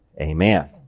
amen